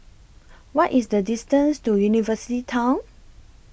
What IS The distance to University Town